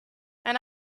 and